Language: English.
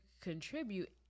contribute